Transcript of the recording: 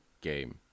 game